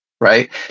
right